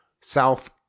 South